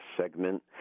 segment